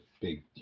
big